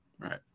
Right